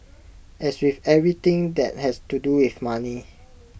as with everything that has to do with money